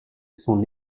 son